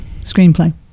screenplay